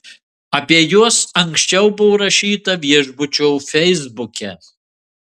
apie juos anksčiau buvo rašyta viešbučio feisbuke